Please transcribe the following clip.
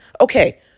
okay